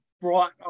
brought